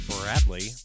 Bradley